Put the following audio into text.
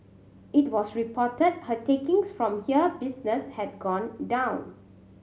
it was reported her takings from here business had gone down